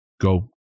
go